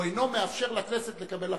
או אינו מאפשר לכנסת לקבל החלטות.